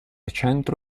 centro